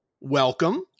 welcome